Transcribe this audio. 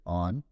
on